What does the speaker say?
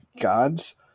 gods